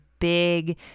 big